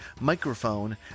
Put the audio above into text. microphone